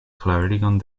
klarigon